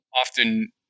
often